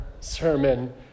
sermon